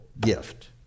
gift